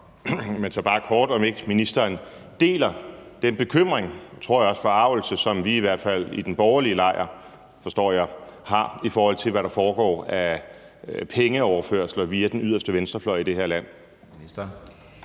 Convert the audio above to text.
jeg bare kort spørge, om ministeren ikke deler den bekymring og, tror jeg også, forargelse, som vi i hvert fald i den borgerlige lejr, forstår jeg, har, i forhold til hvad der foregår af pengeoverførsler via den yderste venstrefløj i det her land.